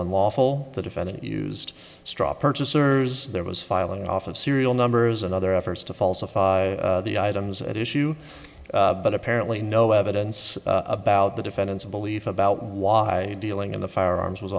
unlawful the defendant used straw purchasers there was filing off of serial numbers and other efforts to falsify the items at issue but apparently no evidence about the defendant's belief about why dealing in the firearms was